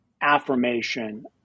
affirmation